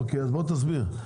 אוקיי, אז בוא תסביר.